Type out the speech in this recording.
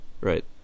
Right